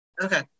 Okay